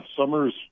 summer's